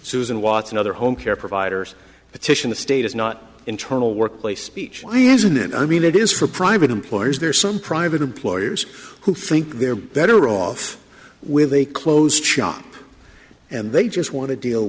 susan watts and other home care providers petition the state is not internal workplace speech why isn't it i mean it is for private employers there are some private employers who think they're better off with a closed shop and they just want to deal